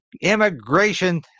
immigration